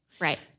Right